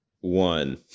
one